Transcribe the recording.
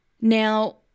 Now